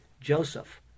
Joseph